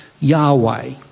Yahweh